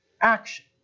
action